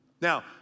Now